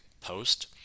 post